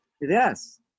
Yes